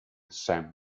sam